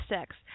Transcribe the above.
sex